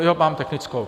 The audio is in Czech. Jo, mám technickou.